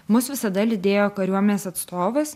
mus visada lydėjo kariuomenės atstovas